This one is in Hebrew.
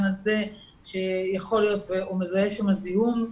הזה שיכול להיות שהוא מזהה שם זיהום.